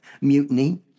mutiny